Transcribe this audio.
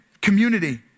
community